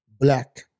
black